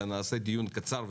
אלא נעשה דיון קצר וענייני.